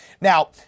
Now